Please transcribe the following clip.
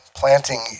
Planting